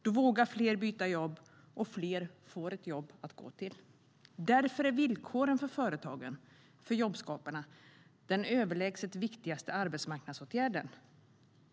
Då vågar fler byta jobb, och fler får ett jobb att gå till. Därför är villkoren för företagen, för jobbskaparna, den överlägset viktigaste arbetsmarknadsåtgärden.